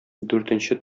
дүртенче